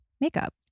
makeup